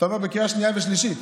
תבוא בקריאה שנייה ושלישית.